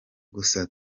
gusa